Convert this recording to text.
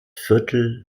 viertel